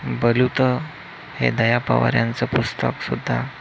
बलुतं हे दया पवार यांचं पुस्तकसुद्धा